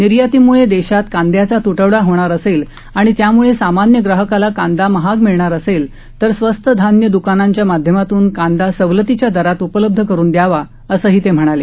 निर्यातीमुळे देशात कांद्याचा तुटवडा होणार असेल आणि त्यामुळे सामान्य ग्राहकाला कांदा महाग मिळणार असेल तर स्वस्त धान्य द्कानांच्या माध्यमातून कांदा सवलतीच्या दरात उपलब्ध करून द्यावा असंही ते म्हणाले